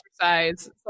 exercise